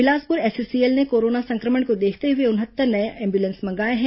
Bilaspur SECL ने corona संक्रमण को देखते हुए उनहत्तर नये एंबुलेंस मंगाए हैं